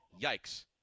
Yikes